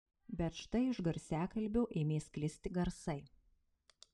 bet štai iš garsiakalbio ėmė sklisti garsai